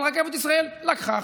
אבל רכבת ישראל לקחה אחריות.